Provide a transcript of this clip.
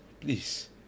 please